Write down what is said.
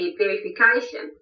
verification